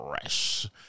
fresh